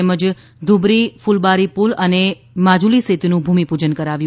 તેમજ ધુબરી કુલબારી પુલ અને માજુલી સેતુનું ભુમિપૂજન કરાવ્યું